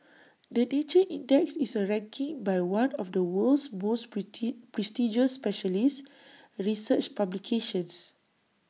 the nature index is A ranking by one of the world's most prestigious specialist research publications